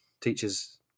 teachers